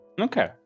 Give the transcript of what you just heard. Okay